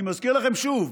אני מזכיר לכם שוב,